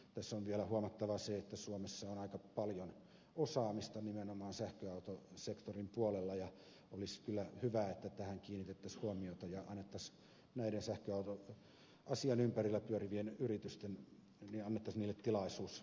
tässä on vielä huomattava se että suomessa on aika paljon osaamista nimenomaan sähköautosektorin puolella ja olisi kyllä hyvä että tähän kiinnitettäisiin huomiota ja annettaisiin näille sähköautoasioiden ympärillä pyöriville yrityksille tilaisuus kehittää toimintoja